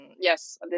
yes